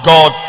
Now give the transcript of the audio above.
God